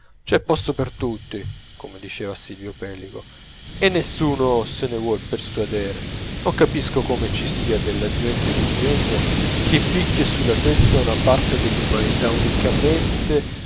c'è posto per tutti come diceva silvio pellico e nessuno se ne vuol persuadere non capisco come ci sia della gente d'ingegno che picchia sulla testa a una parte dell'umanità unicamente